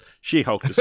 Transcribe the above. She-Hulk